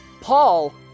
Paul